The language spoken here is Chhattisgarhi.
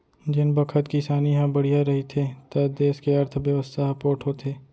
जेन बखत किसानी ह बड़िहा रहिथे त देस के अर्थबेवस्था ह पोठ होथे